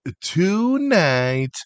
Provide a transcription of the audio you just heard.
tonight